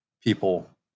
people